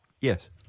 Yes